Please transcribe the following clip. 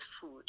food